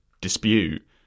dispute